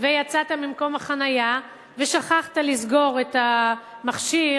ויצאת ממקום החנייה ושכחת לסגור את המכשיר,